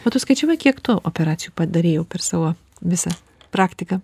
o tu skaičiavai kiek tu operacijų padarei jau per savo visą praktiką